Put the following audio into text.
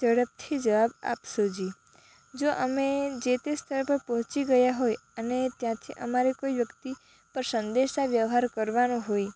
ઝડપથી જવાબ આપશોજી જો અમે જે તે સ્થળ પર પહોંચી ગયા હોય અને ત્યાંથી અમારું કોઈ વ્યક્તિગત સંદેશા વ્યવહાર કરવાનો હોય